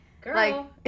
girl